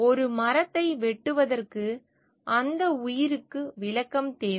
ஒரு மரத்தை வெட்டுவதற்கு அந்த உயிருக்கு விளக்கம் தேவை